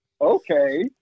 okay